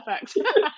perfect